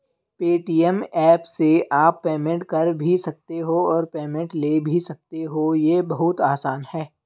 Paytm app से आप payment कर भी सकते हो और पेमेंट ले भी सकते हो, ये बहुत आसान है